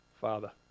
Father